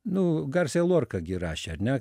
nu garsija lorka gi rašė ar ne